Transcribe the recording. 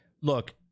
Look